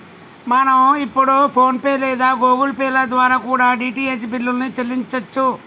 మనం ఇప్పుడు PhonePe లేదా గుగుల్ పే ల ద్వారా కూడా డీ.టీ.హెచ్ బిల్లుల్ని చెల్లించచ్చు